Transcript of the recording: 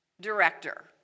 director